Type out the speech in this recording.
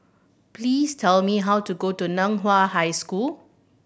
please tell me how to go to Nan Hua High School